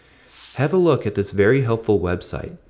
have a look at this very helpful website.